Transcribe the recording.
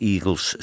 Eagles